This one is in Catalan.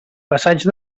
passeig